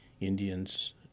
Indians